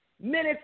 minutes